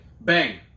Bang